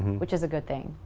which is a good thing.